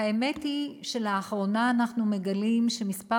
והאמת היא שלאחרונה אנחנו מגלים שמספר